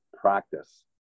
practice